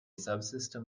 subsystem